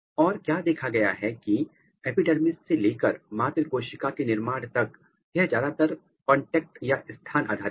और क्या देखा गया है कि एपिडर्मिस से लेकर मात्र कोशिका के निर्माण तक यह ज्यादातर कांटेक्ट या स्थान आधारित है